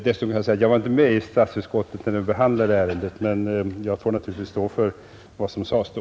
Dessutom var jag inte med i statsutskottet när det behandlade ärendet. Men jag får naturligtvis stå för vad som sades då.